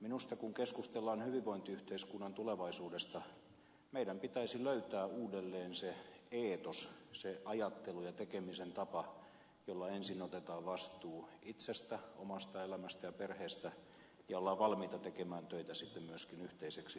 minusta kun keskustellaan hyvinvointiyhteiskunnan tulevaisuudesta meidän pitäisi löytää uudelleen se eetos se ajattelu ja tekemisen tapa jolla ensin otetaan vastuu itsestä omasta elämästä ja perheestä ja ollaan valmiita tekemään töitä myöskin yhteiseksi hyväksi